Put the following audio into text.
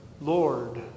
Lord